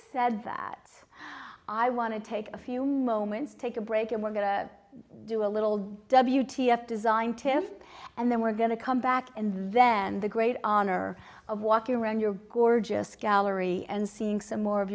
said that i want to take a few moments take a break and we're going to do a little w t f design test and then we're going to come back and then the great honor of walking around your gorgeous gallery and seeing some more of